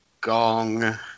gong